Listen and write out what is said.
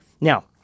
Now